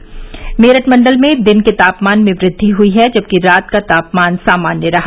बरेली मंडल में दिन के तापमान में वृद्धि हुई है जबकि रात का तापमान सामान्य रहा